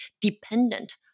dependent